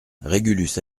régulus